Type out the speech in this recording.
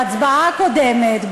בהצבעה הקודמת,